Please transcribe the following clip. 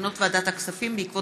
מסקנות ועדת הכספים בעקבות